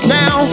now